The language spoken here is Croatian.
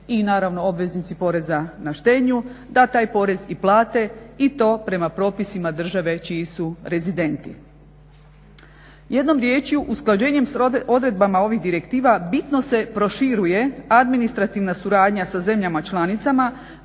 i naravno obveznici poreza na štednju da taj porez i plate i to prema propisima države čiji su rezidenti. Jednom riječju usklađenjem s odredbama ovih direktiva bitno se proširuje administrativna suradnja sa zemljama članicama